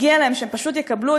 מגיע להם שהם פשוט יקבלו,